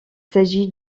s’agit